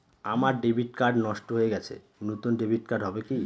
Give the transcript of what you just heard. আমার debit card নষ্ট হয়ে গেছে নূতন ডেবিট কার্ড হবে কি?